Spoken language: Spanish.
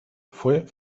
fue